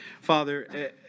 Father